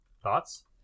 Thoughts